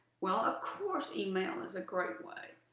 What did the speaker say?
well, of course, email is a great way.